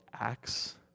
Acts